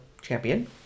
champion